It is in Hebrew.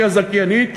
שהיא הזכיינית,